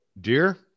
dear